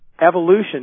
Evolution